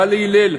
בא להלל,